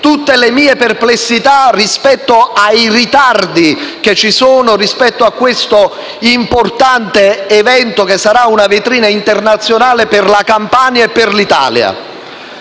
tutte le mie perplessità rispetto ai ritardi relativi a questo importante evento, che sarà una vetrina internazionale per la Campania e per l'Italia.